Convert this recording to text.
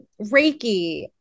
Reiki